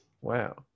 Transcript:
wow